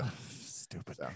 Stupid